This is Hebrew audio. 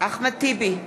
אחמד טיבי,